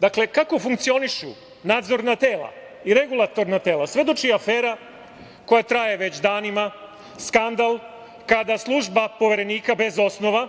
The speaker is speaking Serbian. Dakle, kako funkcionišu nadzorna tela i regulatorna tela svedoči afera koja traje već danima, skandal, kada služba poverenika bez osnova,